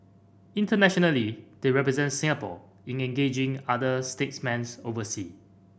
internationally they represent Singapore in engaging other statesmen oversea